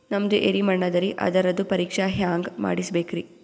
ನಮ್ದು ಎರಿ ಮಣ್ಣದರಿ, ಅದರದು ಪರೀಕ್ಷಾ ಹ್ಯಾಂಗ್ ಮಾಡಿಸ್ಬೇಕ್ರಿ?